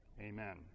Amen